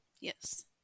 Yes